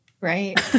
Right